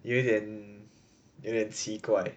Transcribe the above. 有一点有一点奇怪